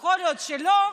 יכול להיות שלא.